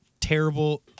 terrible